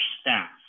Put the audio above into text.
staff